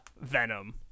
Venom